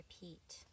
repeat